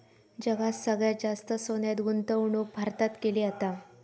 जगात सगळ्यात जास्त सोन्यात गुंतवणूक भारतात केली जाता